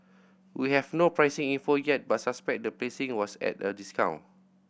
we have no pricing info yet but suspect the placing was at a discount